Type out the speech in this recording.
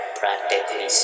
practically